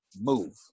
Move